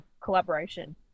collaboration